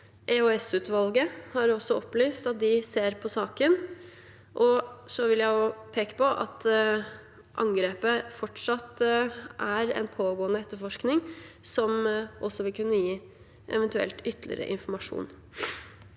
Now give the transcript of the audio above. EOS-utvalget har også opplyst at de ser på saken. Så vil jeg peke på at angrepet fortsatt er under en pågående etterforskning, som eventuelt vil kunne gi ytterligere informasjon.